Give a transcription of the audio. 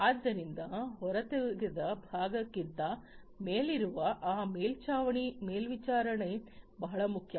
ಆದ್ದರಿಂದ ಹೊರತೆಗೆದ ಭಾಗಕ್ಕಿಂತ ಮೇಲಿರುವ ಆ ಮೇಲ್ಚಾವಣಿ ಮೇಲ್ವಿಚಾರಣೆ ಬಹಳ ಮುಖ್ಯ